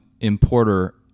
importer